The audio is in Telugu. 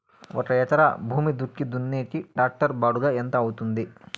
ఒక ఎకరా భూమి దుక్కి దున్నేకి టాక్టర్ బాడుగ ఎంత అవుతుంది?